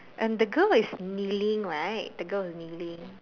and the girl is kneeling right the girl is kneeling